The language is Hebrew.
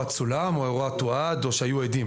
צולם או האירוע תועד או שהיו עדים.